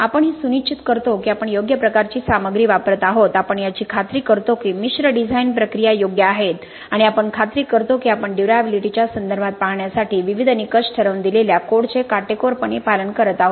आपण हे सुनिश्चित करतो की आपण योग्य प्रकारची सामग्री वापरत आहोत आपण याची खात्री करतो की मिश्र डिझाइन प्रक्रिया योग्य आहेत आणि आपण खात्री करतो की आपण ड्युर्याबिलिटीच्या संदर्भात पाहण्यासाठी विविध निकष ठरवून दिलेल्या कोडचे काटेकोरपणे पालन करत आहोत